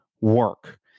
work